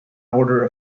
order